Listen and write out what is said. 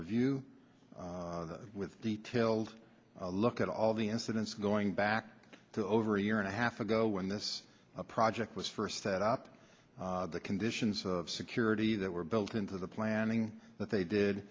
review with details look at all the incidents going back to over a year and a half ago when this project was first set up the conditions of security that were built into the planning that they did